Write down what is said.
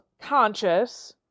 conscious